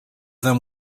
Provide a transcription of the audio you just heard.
them